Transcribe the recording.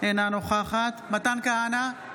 אינה נוכחת מתן כהנא,